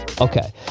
Okay